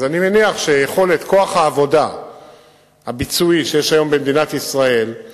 אז אני מניח שיכולת כוח העבודה הביצועי שיש היום במדינת ישראל היא